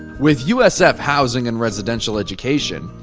with usf housing and residential education,